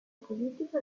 politiche